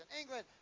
England